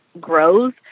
grows